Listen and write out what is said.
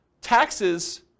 taxes